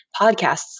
podcasts